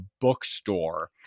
bookstore